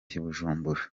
bujumbura